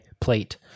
plate